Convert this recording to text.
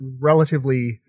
relatively